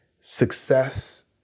success